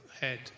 head